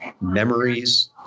memories